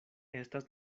estas